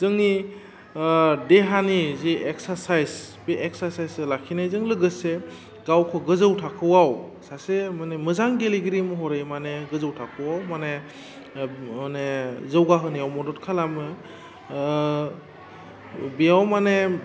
जोंनि देहानि जे एक्सासाइस बे एक्सासाइस लाखिनायजों लोगोसे गावखौ गोजौ थाखोआव सासे माने मोजां गेलेगिरि महरै माने गोजौ थाखोआव माने माने जौगाहोनायाव मदद खालामो बेयाव माने